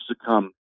succumb